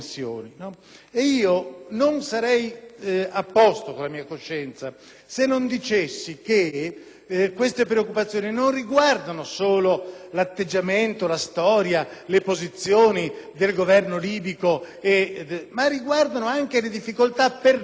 e io non sarei a posto con la mia coscienza se non dicessi che tali preoccupazioni non riguardano solo l'atteggiamento, la storia e le posizioni del Governo libico, ma anche le nostre difficoltà di